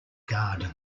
garden